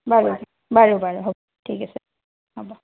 বাৰু বাৰু বাৰু হ'ব ঠিক আছে হ'ব